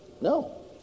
No